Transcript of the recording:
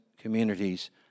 communities